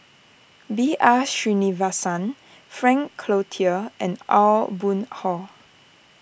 B R Sreenivasan Frank Cloutier and Aw Boon Haw